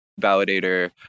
Validator